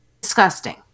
disgusting